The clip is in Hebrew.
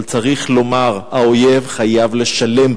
אבל צריך לומר: האויב חייב לשלם,